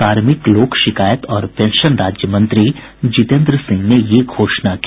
कार्मिक लोक शिकायत और पेंशन राज्य मंत्री जितेन्द्र सिंह ने यह घोषणा की